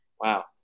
Wow